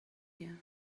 you